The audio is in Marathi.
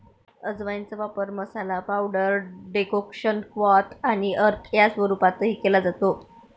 अजवाइनचा वापर मसाला, पावडर, डेकोक्शन, क्वाथ आणि अर्क या स्वरूपातही केला जातो